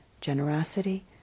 generosity